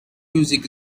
music